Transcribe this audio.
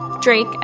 Drake